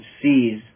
sees